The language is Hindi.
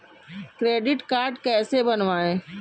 क्रेडिट कार्ड कैसे बनवाएँ?